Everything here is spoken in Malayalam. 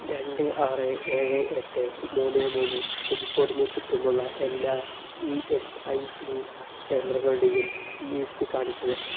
രണ്ട് ആറ് ഏഴ് എട്ട് മൂന്ന് മൂന്ന് പിൻകോഡിന് ചുറ്റുമുള്ള എല്ലാ ഇ എസ് ഐ സി കേന്ദ്രങ്ങളുടെയും ലിസ്റ്റ് കാണിക്കുക